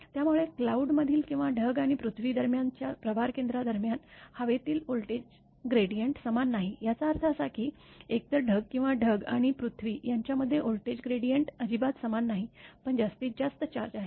त्यामुळे क्लाउड मधील किंवा ढग आणि पृथ्वी दरम्यान च्या प्रभार केंद्रांदरम्यान हवेतील व्होल्टेज ग्रेडिएंट समान नाही याचा अर्थ असा की एकतर ढग किंवा ढग आणि पृथ्वी यांच्यामध्ये व्होल्टेज ग्रेडिएंट अजिबात समान नाही पण जास्तीत जास्त चार्ज आहे